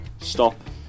Stop